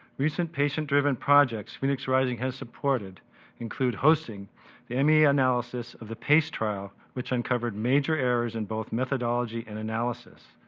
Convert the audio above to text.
recent patient-driven projects phoenix rising has supported include hosting the me analysis of the pace trial which uncovered major errors in both methodology and analysis.